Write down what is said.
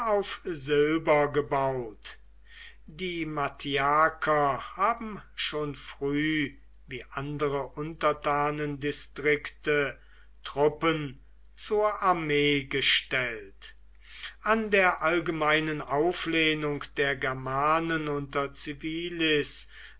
silber gebaut die mattiaker haben schon früh wie andere untertanendistrikte truppen zur armee gestellt an der allgemeinen auflehnung der germanen unter